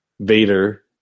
Vader